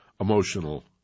emotional